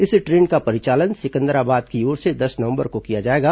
इस ट्रेन का परिचालन सिकंदराबाद की ओर से दस नवंबर को किया जाएगा